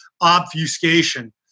obfuscation